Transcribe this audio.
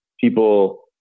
people